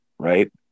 right